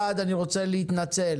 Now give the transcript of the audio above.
אחד, אני רוצה להתנצל